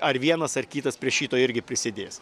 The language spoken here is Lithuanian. ar vienas ar kitas prie šito irgi prisidės